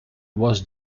was